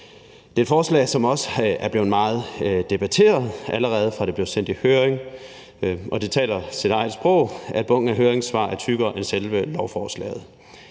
Det er et forslag, som også er blevet meget debatteret, allerede fra det blev sendt i høring, og det taler sit eget sprog, at bunken af høringssvar er tykkere end selve lovforslaget.